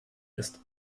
ist